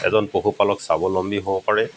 এজন পশুপালক স্বাৱলম্বী হ'ব পাৰে